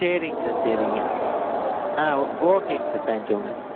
சரிங்க சார் சரிங்க ஆ ஓ ஓகேங்க சார் தேங்க்யூங்க ம்